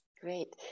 Great